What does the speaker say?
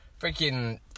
freaking